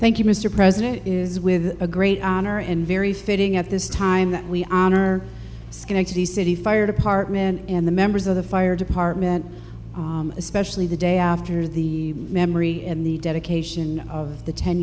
you mr president it is with a great honor and very fitting at this time that we honor schenectady city fire department and the members of the fire department especially the day after the memory in the dedication of the ten